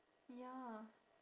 ya